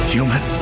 human